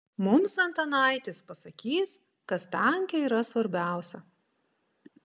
mums antanaitis pasakys kas tanke yra svarbiausia